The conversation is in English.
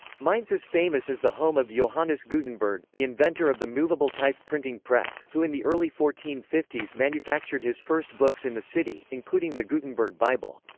mainz is famous as the home of johannes gutenberg, the inventor of the movable-type printing press, who in the early fourteen fifty s manufactured his first books in the city, including the gutenberg bible.